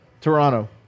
Toronto